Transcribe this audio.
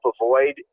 avoid